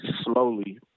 slowly